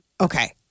Okay